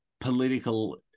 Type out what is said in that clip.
political